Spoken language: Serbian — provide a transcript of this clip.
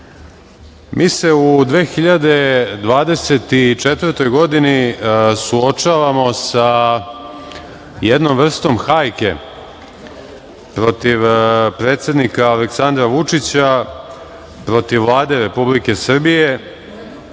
se u 2024. godini suočavamo sa jednom vrstom hajke protiv predsednika Aleksandra Vučića, protiv Vlade Republike Srbije,